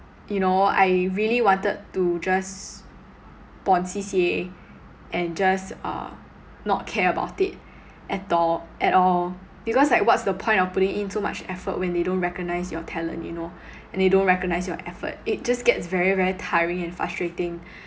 you know I really wanted to just pon C_C_A and just uh not care about it at tall at all because what's the point of putting in so much effort when they don't recognise your talent you know and they don't recognise your effort it just gets very very tiring and frustrating